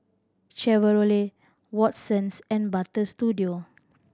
Chevrolet Watsons and Butter Studio